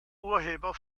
urheber